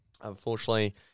Unfortunately